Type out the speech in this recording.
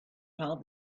found